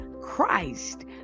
Christ